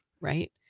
right